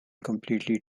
completely